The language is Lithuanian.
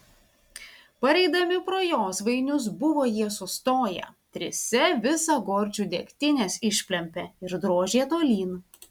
pareidami pro josvainius buvo jie sustoję trise visą gorčių degtinės išplempė ir drožė tolyn